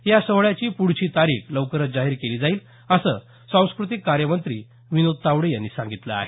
या सोहळ्याची पुढची तारीख लवकरच जाहीर केली जाईल असं सांस्कृतिक कार्य मंत्री विनोद तावडे यांनी सांगितलं आहे